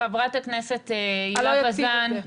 חברת הכנסת הילה וזאן,